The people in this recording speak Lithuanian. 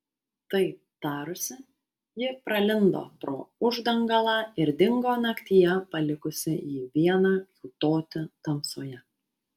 tai tarusi ji pralindo pro uždangalą ir dingo naktyje palikusi jį vieną kiūtoti tamsoje